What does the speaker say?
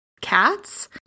cats